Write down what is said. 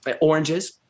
oranges